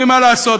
מה לעשות,